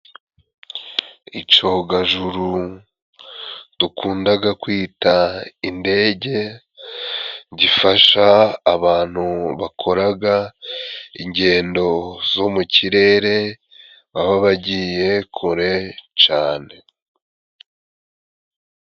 Icogajuru dukundaga kwita indege, gifasha abantu bakoraga ingendo zo mu kirere baba bagiye kure cane.